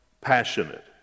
passionate